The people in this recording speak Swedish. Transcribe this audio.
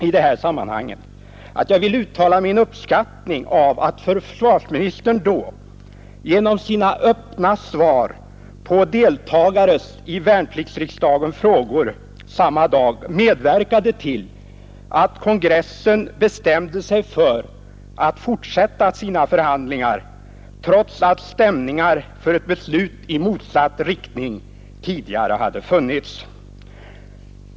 I detta sammanhang vill jag också uttala min uppskattning av att försvarsministern genom sina öppna svar på frågor från deltagare i värnpliktsriksdagen samma dag medverkade till att församlingen bestämde sig för att fortsätta sina förhandlingar, trots att stämningar för ett 15 beslut i motsatt riktning tidigare hade förefunnits.